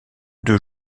deux